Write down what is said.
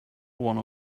one